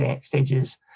stages